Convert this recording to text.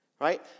right